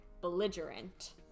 belligerent